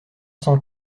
cent